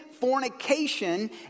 fornication